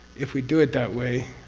if we do it that way,